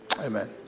amen